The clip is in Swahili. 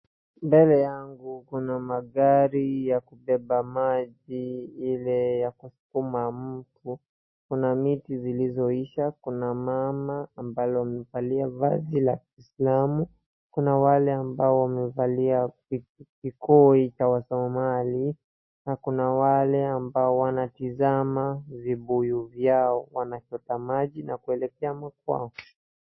Mbele yangu kuna magari ya kubeba maji ile ya kuskuma mtu, kuna miti zilizoisha. kuna mama ambalo limevalia vazi la kiislamu, kuna wale ambao wamevalia vikoi vya wasomali na kuna wale ambao wanatazama vibuyu vyao wanachota maji na kuelekea kwao.